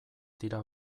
dira